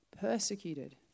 Persecuted